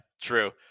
true